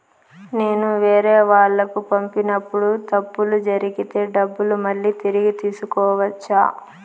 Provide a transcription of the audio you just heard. నేను వేరేవాళ్లకు పంపినప్పుడు తప్పులు జరిగితే డబ్బులు మళ్ళీ తిరిగి తీసుకోవచ్చా?